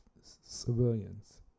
civilians